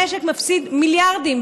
המשק מפסיד מיליארדים,